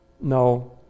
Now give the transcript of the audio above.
no